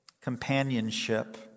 companionship